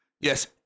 Yes